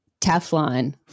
Teflon